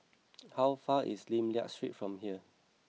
how far is Lim Liak Street from here